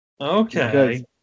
Okay